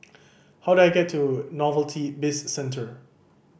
how do I get to Novelty Bizcentre